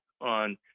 on